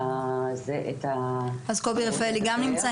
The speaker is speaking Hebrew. אז קובי רפאלי גם נמצא,